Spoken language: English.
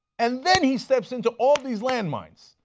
and then he steps into all these landmines.